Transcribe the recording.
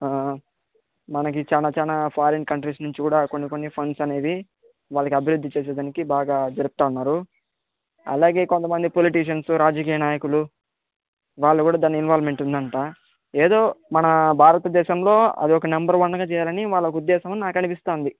మనకి చాలా చాలా ఫారిన్ కంట్రీస్ నుంచి కూడా కొన్ని కొన్ని ఫండ్స్ అనేవి వాళ్ళకి అభివృద్ధి చెయ్యడానికి బాగా జరుపుతూ ఉన్నారు అలాగే కొంత మంది పొలిటిషన్స్ రాజకీయ నాయకులు వాళ్ళు కూడా దాని ఇన్వొల్వెమెంట్ ఉందిట ఏదో మన భారతదేశంలో అదొక నెంబర్ వన్గా చెయ్యాలని వాళ్ళ ఉద్దేశమని నాకనిపిస్తుంది